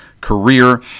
career